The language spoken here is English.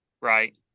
right